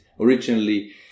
originally